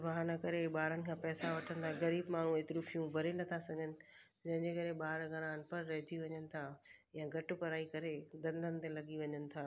बहाना करे ॿारनि खां पैसा वठंदा ग़रीब माण्हू ऐतिरियूं फियूं भरे नथा सघनि जंहिंजे करे ॿार घणा अनपढ़ रहजी वञनि था या घटि पढ़ाई करे धंधनि ते लॻी वञनि था